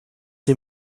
sie